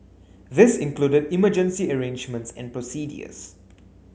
this included emergency arrangements and procedures